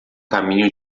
caminho